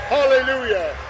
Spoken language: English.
Hallelujah